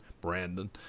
Brandon